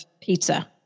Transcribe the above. pizza